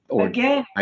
Again